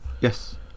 Yes